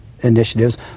initiatives